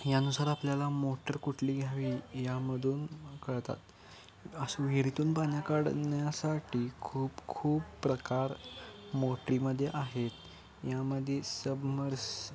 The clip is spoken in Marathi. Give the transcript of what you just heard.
यानुसार आपल्याला मोटर कुठली घ्यावी यामधून कळतात असं विहिरीतून पाणी काढण्यासाठी खूप खूप प्रकार मोटरीमध्ये आहेत यामदे सबमर्स